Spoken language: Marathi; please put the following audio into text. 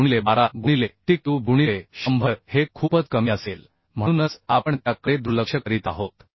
1 गुणिले 12 गुणिले टी क्यूब गुणिले 100 हे खूपच कमी असेल म्हणूनच आपण त्या कडे दुर्लक्ष करीत आहोत